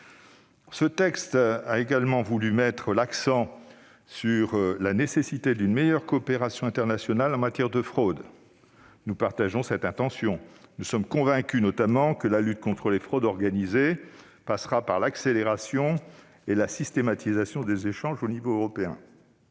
ce texte a également entendu mettre l'accent sur la nécessité d'une meilleure coopération internationale en matière de fraude : nous partageons cette intention. Nous sommes convaincus, notamment, que la lutte contre les fraudes organisées passera par l'accélération et la systématisation des échanges au niveau européen.